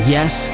Yes